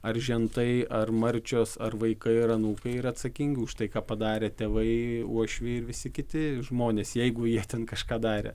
ar žentai ar marčios ar vaikai ar anūkai yra atsakingi už tai ką padarė tėvai uošviai ir visi kiti žmonės jeigu jie ten kažką darė